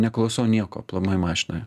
neklausau nieko aplamai mašinoje